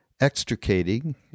extricating